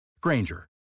Granger